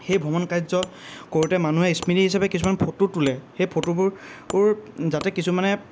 সেই ভ্ৰমণ কাৰ্য কৰোঁতে মানুহে স্মৃতি হিচাপে কিছুমান ফটো তোলে সেই ফটোবোৰ যাতে কিছুমানে